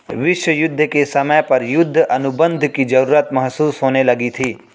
विश्व युद्ध के समय पर युद्ध अनुबंध की जरूरत महसूस होने लगी थी